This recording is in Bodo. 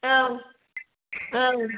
औ औ